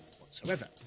whatsoever